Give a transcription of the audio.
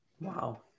Wow